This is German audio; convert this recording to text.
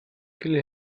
viel